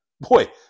Boy